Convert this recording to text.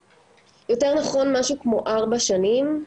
יותר נכון משהו כמו 4 שנים,